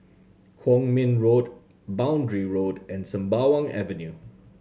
Kwong Min Road Boundary Road and Sembawang Avenue